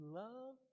love